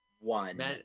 one